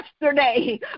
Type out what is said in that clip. yesterday